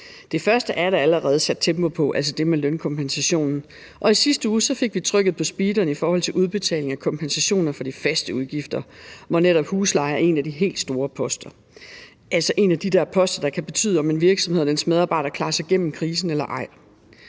Det første er der allerede sat tempo på, altså det med lønkompensationen. Og i sidste uge fik vi trykket på speederen i forhold til udbetaling af kompensation for de faste udgifter, hvor netop husleje er en af de helt store poster – altså, en af de der poster, der kan betyde, om en virksomhed og dens medarbejdere klarer sig gennem krisen eller ej.